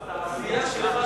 זו תעשייה שלמה.